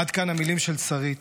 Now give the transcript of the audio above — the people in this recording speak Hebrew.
עד כאן המילים של שרית.